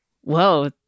whoa